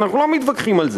ואנחנו לא מתווכחים על זה.